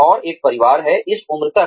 और एक परिवार है इस उम्र तक